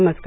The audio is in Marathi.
नमस्कार